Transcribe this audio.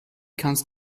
kannst